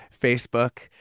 Facebook